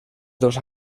dos